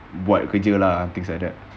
buat kerja lah things like that